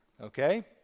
Okay